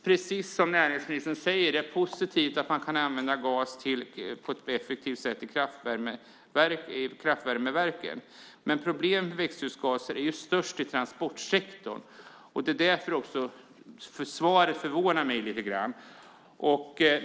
Precis som näringsministern säger är det naturligtvis positivt att man kan använda gas på ett effektivt sätt i kraftvärmeverken. Men problemet med växthusgaser är störst i transportsektorn. Det är också därför svaret förvånar mig lite grann.